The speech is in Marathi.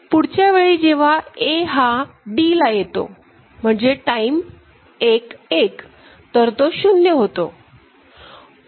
पुढच्या वेळी जेव्हा Aहा d ला येतो म्हणजे टाईम 11 तर तो शून्य होतो